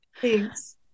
Thanks